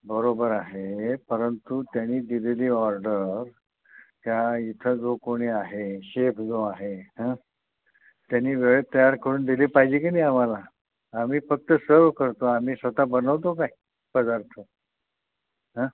बरोबर आहे परंतु त्यानी दिलेली ऑर्डर त्या इथं जो कोणी आहे शेफ जो आहे हां त्यानी वेळेत तयार करून दिली पाहिजे की नाही आम्हाला आम्ही फक्त सर्व करतो आम्ही स्वतः बनवतो काय पदार्थ